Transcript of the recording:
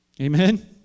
Amen